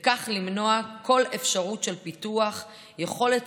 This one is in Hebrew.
וכך למנוע כל אפשרות של פיתוח יכולת